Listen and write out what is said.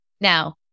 Now